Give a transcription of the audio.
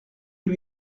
lui